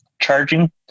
charging